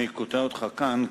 אני קוטע אותך כאן,